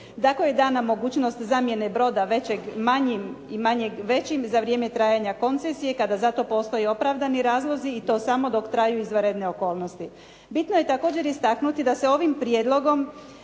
Dakle, dana mogućnost zamjene broda većeg manjim i manjeg većim za vrijeme trajanja koncesije kada za to postoje opravdani razlozi i to samo dok traju izvanredne okolnosti. Bitno je također istaknuti da se ovim prijedlogom